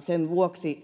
sen vuoksi